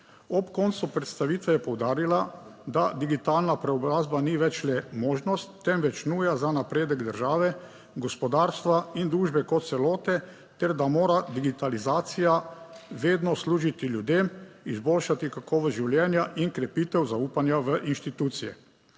Ob koncu predstavitve je poudarila, da digitalna preobrazba ni več le možnost, temveč nuja za napredek države, gospodarstva in družbe kot celote ter da mora digitalizacija vedno služiti ljudem, izboljšati kakovost življenja in krepitev zaupanja v institucije.